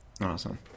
Awesome